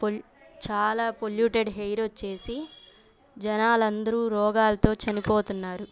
చాలాపొల్యూటెడ్ air వచ్చేసి జనాలందరూ రోగాలతో చనిపోతున్నారు